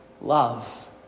love